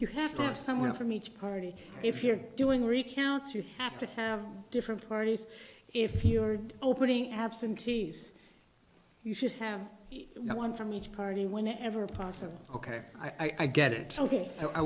you have to have someone from each party if you're doing recounts you have to have different parties if you are opening absentees you should have one from each party whenever possible ok i get it ok